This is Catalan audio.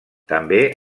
també